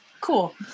Cool